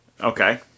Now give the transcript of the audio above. Okay